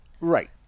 Right